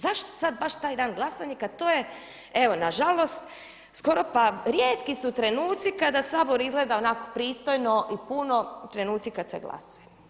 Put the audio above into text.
Zašto sad baš taj dan glasanja kad to je evo nažalost skoro pa rijetki su trenuci kada Sabor izgleda onako pristojno i puno, trenuci kad se glasuje.